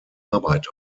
arbeit